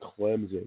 Clemson